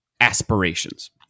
aspirations